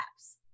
apps